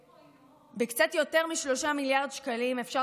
בקצת יותר מ-3 מיליארד שקלים אפשר